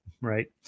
Right